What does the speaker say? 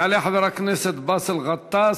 יעלה חבר הכנסת באסל גטאס,